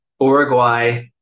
Uruguay